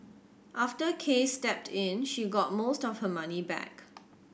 after Case stepped in she got most of her money back